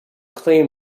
claim